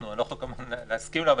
אנחנו לא יכולים להסכים לה,